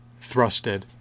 thrusted